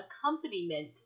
accompaniment